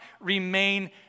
remain